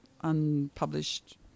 Unpublished